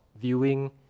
viewing